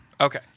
Okay